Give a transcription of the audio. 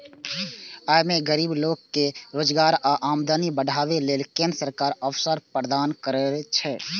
अय मे गरीब लोक कें रोजगार आ आमदनी बढ़ाबै लेल केंद्र सरकार अवसर प्रदान करै छै